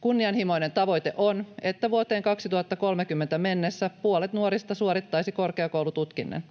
Kunnianhimoinen tavoite on, että vuoteen 2030 mennessä puolet nuorista suorittaisi korkeakoulututkinnon.